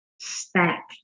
stack